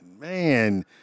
man